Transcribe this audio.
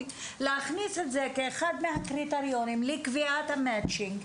להכניס את זה כאחד מהקריטריונים לקביעת ה-Matching.